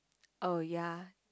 oh ya